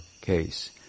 case